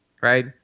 Right